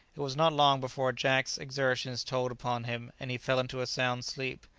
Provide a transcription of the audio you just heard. it was not long before jack's exertions told upon him, and he fell into a sound sleep.